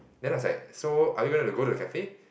then I was like so are we going to go to cafe